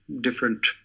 different